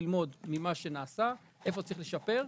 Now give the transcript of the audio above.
ללמוד איפה צריך לשפר,